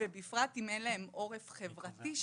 ובפרט אם אין להם עורף חברתי,